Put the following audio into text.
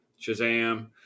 Shazam